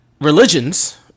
religions